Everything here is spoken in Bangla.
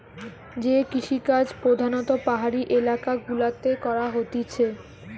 যে কৃষিকাজ প্রধাণত পাহাড়ি এলাকা গুলাতে করা হতিছে